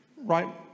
right